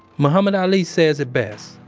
muhammad ali says it best.